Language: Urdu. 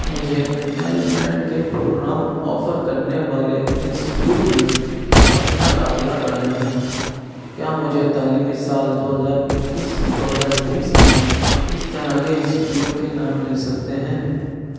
مجھے مینجمنٹ کے پروگرام آفر کرنے والے انسٹیٹیوٹ میں اپنا داخلہ کرانا ہے کیا مجھے تعلیمی سال دو ہزار اکیس دو ہزار بیس میں اس طرح کے انسٹیٹیوٹ کے نام مل سکتے ہیں